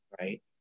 right